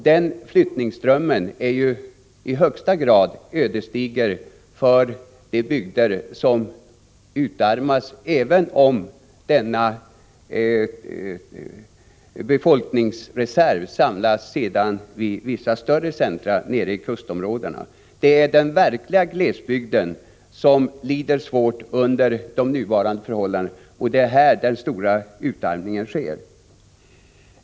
Den flyttningsströmmen är ju i högsta grad ödesdiger för de bygder som utarmas, även om denna befolkningsreserv sedan samlas vid vissa större centra nere vid kustområdena. Det är den verkliga glesbygden som lider svårt under de nuvarande förhållandena, och det är här den stora utarmningen sker.